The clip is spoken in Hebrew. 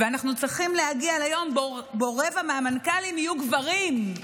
"ואנחנו צריכים להגיע ליום שבו רבע מהמנכ"לים יהיו גברים".